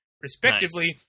respectively